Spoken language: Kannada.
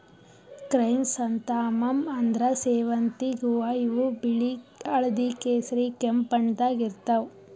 ಕ್ರ್ಯಸಂಥಾಮಮ್ ಅಂದ್ರ ಸೇವಂತಿಗ್ ಹೂವಾ ಇವ್ ಬಿಳಿ ಹಳ್ದಿ ಕೇಸರಿ ಕೆಂಪ್ ಬಣ್ಣದಾಗ್ ಇರ್ತವ್